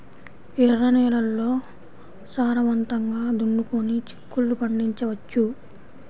ఎర్ర నేలల్లో సారవంతంగా దున్నుకొని చిక్కుళ్ళు పండించవచ్చు